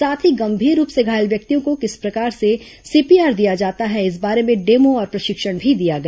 साथ ही गंभीर रूप से घायल व्यक्तियों को किस प्रकार से सीपीआर दिया जाता है इस बारे में डेमो और प्रशिक्षण भी दिया गया